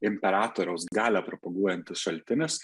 imperatoriaus galią propaguojantis šaltinis